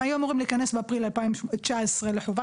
הם היו אמורים להיכנס באפריל 2019 לחובה,